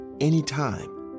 Anytime